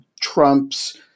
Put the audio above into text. Trump's